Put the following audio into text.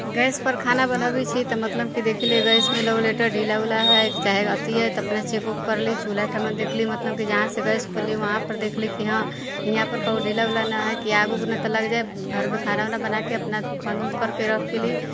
gas पर खाना बनाबैत छियै तऽ मतलब कि देखले गैसमे रेगुलेटर ढीला उला हइ चाहे अथी हइ तऽ अपने से चेक उक करली देखली चूल्हा ठमा देख़ली की मतलब जहाँ से गैस खुलले वहाँ पर देखली की हाँ यहाँ परके कहू ढीला उला नहि हइ कि आग उग तऽ नहि लागि जायत घरमे खाना उना बनाके अपना बंद उंद करके राखि लेली